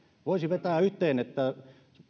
voisi vetää yhteen että